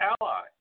ally